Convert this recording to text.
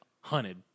hunted